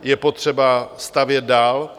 Je potřeba stavět dál.